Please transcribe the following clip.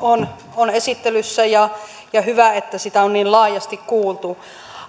on on esittelyssä ja ja hyvä että siitä on niin laajasti kuultu